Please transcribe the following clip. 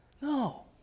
No